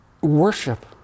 worship